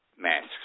masks